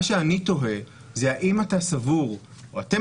מה שאני תוהה זה האם אתה סבור או אתם